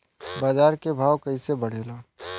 बाजार के भाव कैसे बढ़े ला?